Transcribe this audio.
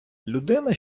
людина